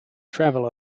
travel